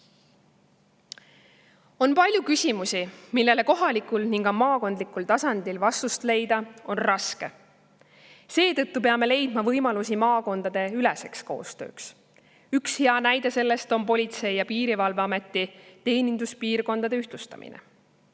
On palju küsimusi, millele kohalikul ja maakondlikul tasandil vastust leida on raske. Seetõttu peame leidma võimalusi maakondadeüleseks koostööks. Üks hea näide on Politsei‑ ja Piirivalveameti teeninduspiirkondade ühtlustamine.